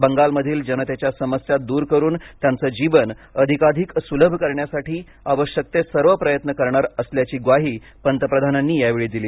बंगालमधील जनतेच्या समस्या दूर करून त्यांचं जीवन अधिकाधिक सुलभ करण्यासाठी आवश्यक ते सर्व प्रयत्न करणार असल्याची ग्वाही पंतप्रधानांनी यावेळी दिली